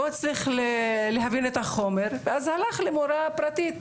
הוא לא הצליח להבין את החומר ואז הלך למורה פרטית,